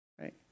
Right